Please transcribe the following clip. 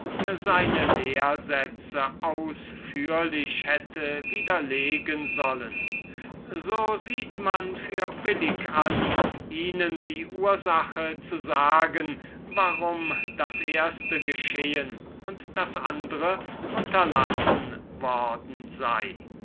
seine lehrsätze ausführlich hätten widerlegen sollen so sehen wir für billig an ihnen die ursachen zu sagen warum wir das erste getan und das andere unterlassen haben weil